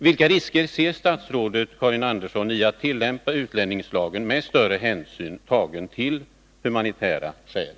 Vilka risker ser statsrådet Karin Andersson i en tillämpning av utlänningslagen med större hänsyn tagen till humanitära skäl?